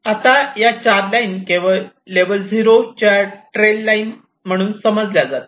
आता या 4 या लाईन लेवल 0 च्या ट्रेल लाईन म्हणून समजल्या जातील